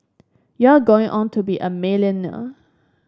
you're going on to be a